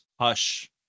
Hush